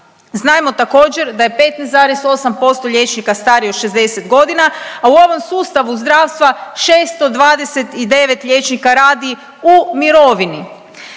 Znamo također da je 15,8% liječnika starije od 60 godina, a u ovom sustavu zdravstva 629 liječnika radi u mirovini.